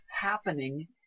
happening